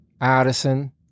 Addison